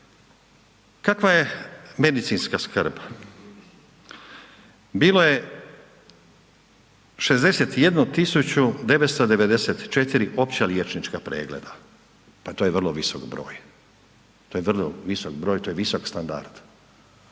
Kakva je medicinska skrb? Bilo je 61.994 opća liječnička pregleda. Pa to je vrlo visok broj, to je visok broj, to je visok standard,